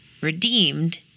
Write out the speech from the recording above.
redeemed